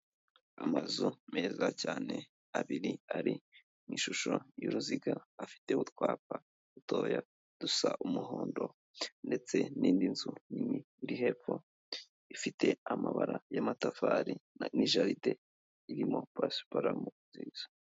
Amazu meza cyane, abiri ari mu ishusho y'uruziga, afite utwapa dutoya dusa umuhondo ndetse n'indi nzu nini iri hepfo, ifite amabara y'amatafari n'ijaride irimo pasiparumu nziza.